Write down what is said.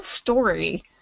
story